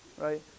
right